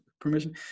permission